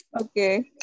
Okay